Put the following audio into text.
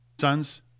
sons